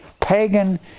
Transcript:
pagan